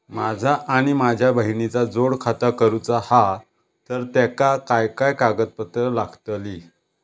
माझा आणि माझ्या बहिणीचा जोड खाता करूचा हा तर तेका काय काय कागदपत्र लागतली?